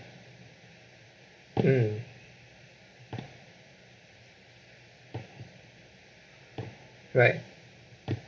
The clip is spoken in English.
um alright